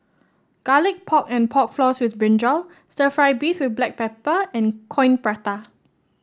Garlic Pork and Pork Floss with brinjal stir fry beef with Black Pepper and Coin Prata